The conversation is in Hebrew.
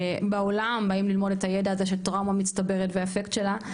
שבעולם באים ללמוד את הידע הזה של טראומה מצטברת והאפקט שלה.